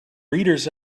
reader’s